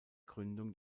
gründung